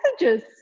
messages